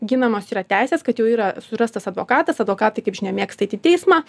ginamos yra teisės kad jau yra surastas advokatas advokatai kaip žinia mėgsta eit į teismą